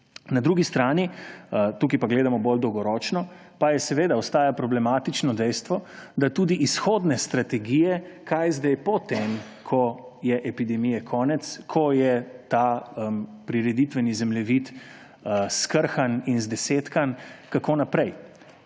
Na drugi strani, tukaj pa gledamo bolj dolgoročno, pa seveda ostaja problematično dejstvo, da tudi izhodne strategije, kaj zdaj, potem ko je epidemije konec, ko je ta prireditveni zemljevid skrhan in zdesetkan, kako naprej.